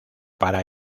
para